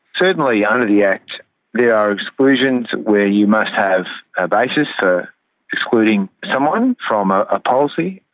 certainly under the act there are exclusions where you must have a basis for excluding someone from ah a policy.